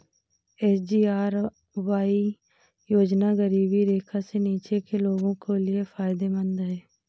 SGRY योजना गरीबी रेखा से नीचे के लोगों के लिए फायदेमंद है